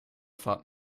fahrt